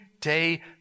day